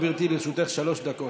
גברתי, לרשותך שלוש דקות,